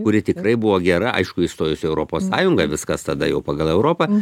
kuri tikrai buvo gera aišku įstojus į europos sąjungą viskas tada jau pagal europą